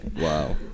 Wow